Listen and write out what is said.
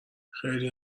خیلی